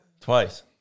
Twice